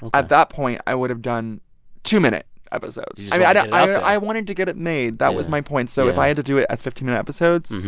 at that point, i would have done two-minute episodes. i wanted to get it made. that was my point. so if i had to do it as fifteen minute episodes,